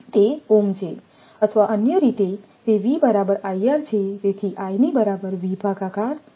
તે ઓમ છે અથવા અન્ય રીતે તે V બરાબર IR છે તેથી I ની બરાબર V ભાગાકાર R છે